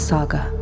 Saga